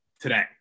today